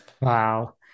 Wow